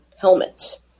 helmets